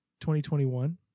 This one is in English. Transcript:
2021